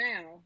now